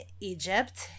Egypt